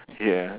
ya